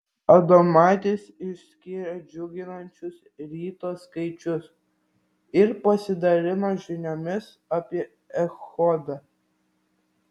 adomaitis išskyrė džiuginančius ryto skaičius ir pasidalino žiniomis apie echodą